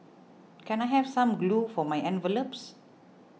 can I have some glue for my envelopes